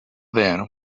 then